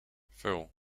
phil